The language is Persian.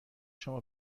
شما